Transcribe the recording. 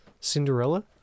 Cinderella